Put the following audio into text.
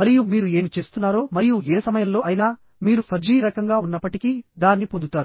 మరియు మీరు ఏమి చేస్తున్నారో మరియు ఏ సమయంలో అయినా మీరు ఫజ్జీ రకంగా ఉన్నప్పటికీ దాన్ని పొందుతారు